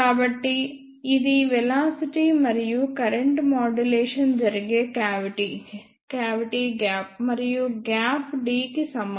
కాబట్టి ఇది వెలాసిటీ మరియు కరెంట్ మాడ్యులేషన్ జరిగే క్యావిటీ గ్యాప్ మరియు గ్యాప్ d కి సమానం